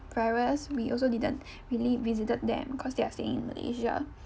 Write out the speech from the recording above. virus we also didn't really visited them cause they are staying in malaysia